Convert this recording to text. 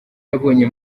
yabonye